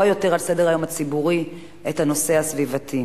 יותר על סדר-היום הציבורי את הנושא הסביבתי.